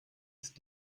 ist